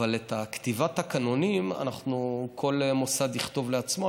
אבל את כתיבת התקנונים, כל מוסד יכתוב לעצמו.